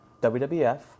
WWF